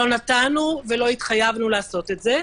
לא נתנו ולא התחייבנו לעשות זאת.